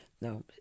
No